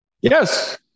Yes